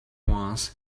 once